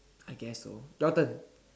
I guess so your turn